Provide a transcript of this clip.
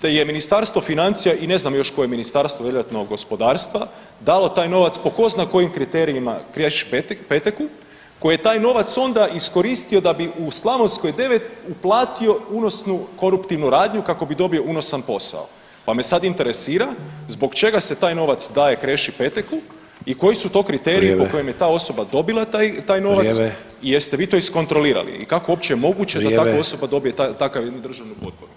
te je Ministarstvo financija i ne znam još koje ministarstvo, vjerojatno gospodarstva dalo taj novac po ko zna kojim kriterijima Kreši Peteku koji je taj novac onda iskoristio da bi u Slavonskoj 9 uplatio unosnu koruptivnu radnju kako bi dobio unosan posao, pa me sad interesira zbog čega se taj novac daje Kreši Peteku i koji su to kriteriji po kojim je ta osoba dobila taj, taj novac i jeste vi to iskontrolirali i kako je uopće moguće da takva osoba dobije takvu jednu državnu potporu?